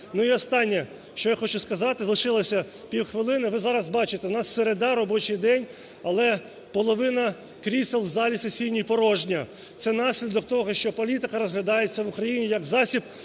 І останнє, що я хочу сказати. Залишилось півхвилини. Ви зараз бачите, у нас середа, робочий день, але половина крісел в залі сесійній порожня. Це наслідок того, що політика розглядається в Україні як засіб